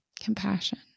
compassion